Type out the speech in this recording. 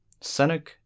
Senec